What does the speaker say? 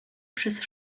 przez